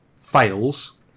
fails